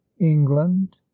England